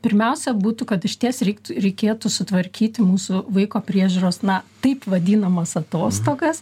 pirmiausia būtų kad išties reiktų reikėtų sutvarkyti mūsų vaiko priežiūros na taip vadinamas atostogas